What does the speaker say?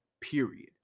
Period